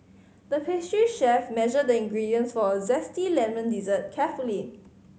the pastry chef measured the ingredients for a zesty lemon dessert carefully